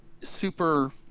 super